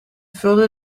vulde